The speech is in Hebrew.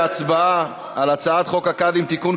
להצבעה על הצעת חוק הקאדים (תיקון,